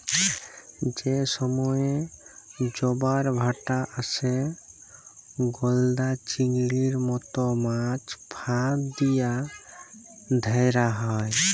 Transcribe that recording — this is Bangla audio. যে সময়ে জবার ভাঁটা আসে, গলদা চিংড়ির মত মাছ ফাঁদ দিয়া ধ্যরা হ্যয়